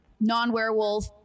non-werewolf